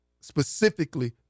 specifically